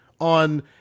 on